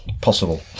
Possible